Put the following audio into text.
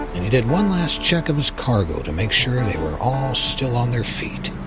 he did one last check of his cargo to make sure they were all still on their feet.